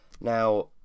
Now